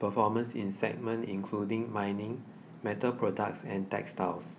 performance in segments including mining metal products and textiles